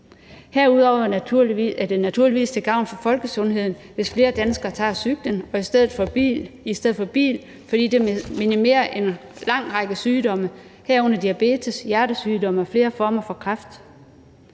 Herudover er det naturligvis til gavn for folkesundheden, hvis flere danskere tager cyklen i stedet for bilen, fordi det minimerer en lang række sygdomme, herunder diabetes, hjertesygdomme og flere former for kræft.